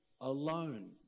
alone